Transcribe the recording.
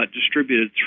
distributed